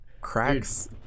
cracks